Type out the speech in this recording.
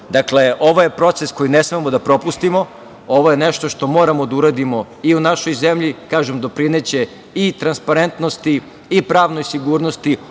ovo je proces koji ne smemo da propustimo, ovo je nešto što moramo da uradimo i u našoj zemlji. Kažem, doprineće i transparentnosti i pravnoj sigurnosti,